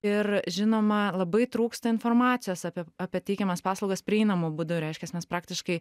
ir žinoma labai trūksta informacijos apie apie teikiamas paslaugas prieinamu būdu reiškias nes praktiškai